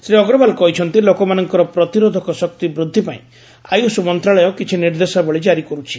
ଶ୍ରୀ ଅଗ୍ରଓ୍ୱାଲ କହିଛନ୍ତି ଲୋକମାନଙ୍କର ପ୍ରତିରୋଧକ ଶକ୍ତି ବୂଦ୍ଧି ପାଇଁ ଆୟୁଷ ମନ୍ତ୍ରଣାଳୟ କିଛି ନିର୍ଦ୍ଦେଶାବଳୀ ଜାରି କରୁଛି